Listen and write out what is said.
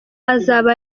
azaba